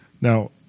now